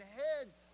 heads